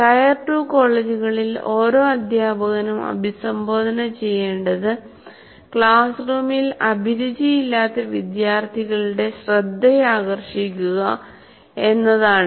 tyre 2 കോളേജുകളിൽ ഓരോ അദ്ധ്യാപകനും അഭിസംബോധന ചെയ്യേണ്ടത് ക്ലാസ് റൂമിൽ അഭിരുചിയില്ലാത്ത വിദ്യാർത്ഥികളെ ശ്രദ്ധയാകർഷിക്കുക എന്നതാണ്